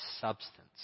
substance